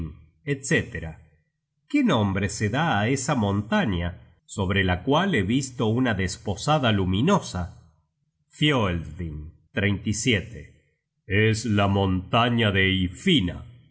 etc qué nombre se da á esa montaña sobre la cual he visto una desposada luminosa fioelsving es la montaña de hyfina